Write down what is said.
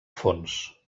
fons